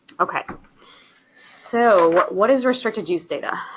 okay so what is restricted-use data?